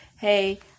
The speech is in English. hey